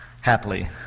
happily